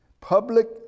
public